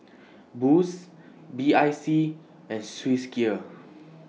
Boost B I C and Swissgear